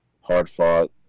hard-fought